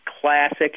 Classic